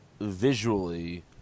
visually